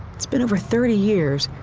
it's been over thirty years,